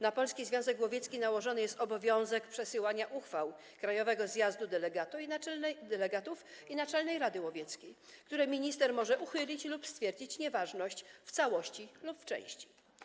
Na Polski Związek Łowiecki nałożony jest obowiązek przesyłania uchwał Krajowego Zjazdu Delegatów i Naczelnej Rady Łowieckiej, które minister może uchylić lub których może stwierdzić nieważność w całości lub w części.